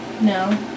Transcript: No